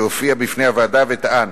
שהופיע בפני הוועדה וטען